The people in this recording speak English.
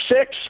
six